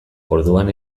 orduan